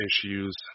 issues